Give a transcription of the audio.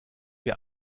wir